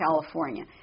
California